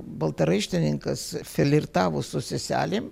baltaraištininkas filirtavo su seselėm